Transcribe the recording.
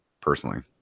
personally